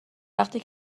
وقتی